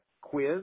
quiz